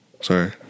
sorry